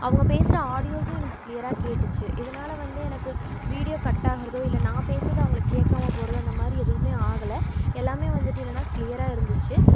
அவங்க பேசுகிற ஆடியோஸும் எனக்கு கிளியராக கேட்டுச்சு இதனால் வந்து எனக்கு வீடியோ கட் ஆகுறதோ இல்லை நான் பேசுறது அவங்களுக்கு கேக்காமல் போகறதோ அந்த மாதிரி எதுவுமே ஆகல எல்லாமே வந்துவிட்டு என்னென்னா கிளியராக இருந்துச்சு